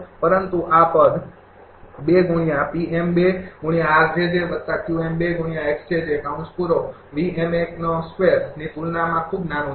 પરંતુ આ પદ ની તુલનામાં ખૂબ નાનું છે